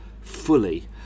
fully